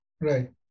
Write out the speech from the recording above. Right